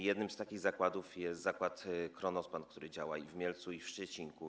Jednym z takich zakładów jest m.in. zakład Kronospan, który działa i w Mielcu, i w Szczecinku.